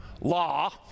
Law